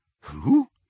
Who